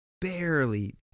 barely